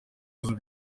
bibazo